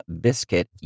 Biscuit